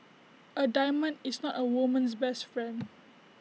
A diamond is not A woman's best friend